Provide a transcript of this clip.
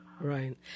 Right